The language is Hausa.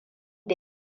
da